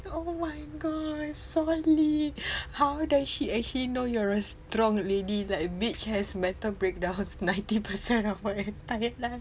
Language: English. oh my god solid how does she actually know you're a strong lady that bitch has mental breakdowns ninety percent of her entire life